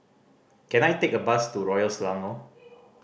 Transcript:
can I take a bus to Royal Selangor